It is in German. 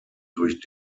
durch